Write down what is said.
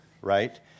right